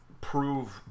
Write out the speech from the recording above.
prove